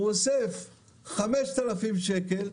הוא אוסף 5,000 שקל,